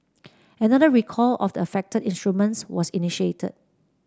another recall of the affected instruments was initiated